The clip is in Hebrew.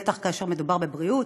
ובטח כאשר מדובר בבריאות,